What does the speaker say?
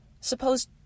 Suppose